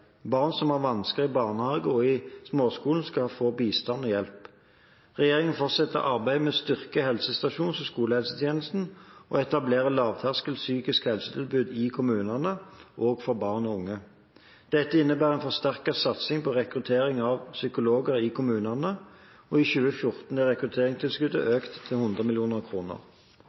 skal få bistand og hjelp. Regjeringen fortsetter arbeidet med å styrke helsestasjons- og skolehelsetjenesten og etablere lavterskel psykisk helsetilbud i kommunene, også for barn og unge. Dette innebærer en forsterket satsing på rekruttering av psykologer til kommunene, og i 2014 er rekrutteringstilskuddet økt til 100